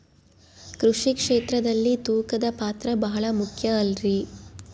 ಕೃಷಿ ಕ್ಷೇತ್ರದಲ್ಲಿ ತೂಕದ ಪಾತ್ರ ಬಹಳ ಮುಖ್ಯ ಅಲ್ರಿ?